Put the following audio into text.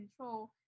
control